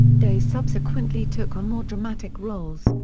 day subsequently took on more dramatic roles,